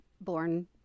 born